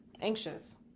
anxious